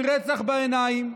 עם רצח בעיניים,